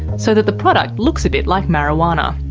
so that the product looks a bit like marijuana.